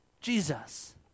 Jesus